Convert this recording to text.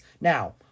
Now